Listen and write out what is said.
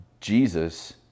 Jesus